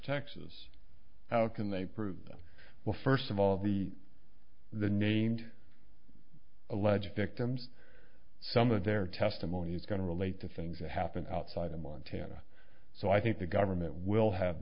texas how can they prove that well first of all the the named alleged victims some of their testimony is going to relate to things that happened outside in montana so i think the government will have